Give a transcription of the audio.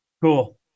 Cool